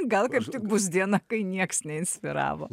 gal kaip tik bus diena kai niekas neinspiravo